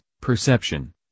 perception